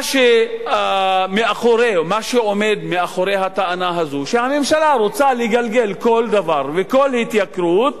מה שעומד מאחורי הטענה הזאת הוא שהממשלה רוצה לגלגל כל דבר וכל התייקרות